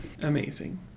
Amazing